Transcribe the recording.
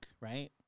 right